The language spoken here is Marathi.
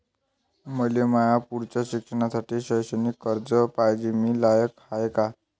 मले माया पुढच्या शिक्षणासाठी शैक्षणिक कर्ज पायजे, मी लायक हाय का?